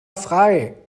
frei